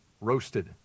roasted